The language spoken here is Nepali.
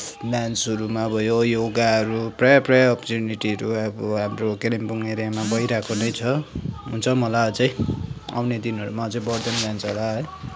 डान्सहरूमा भयो योगाहरू प्रायः प्रायः ओपोर्चुनिटीहरू अब हाम्रो कालिम्पोङ एरियामा भइरहेको नै छ हुन्छ पनि होला अझै आउने दिनहरूमा अझै बढ्दै पनि जान्छ होला है